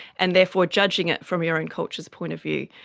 and therefore judging it from your own culture's point of view.